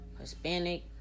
Hispanic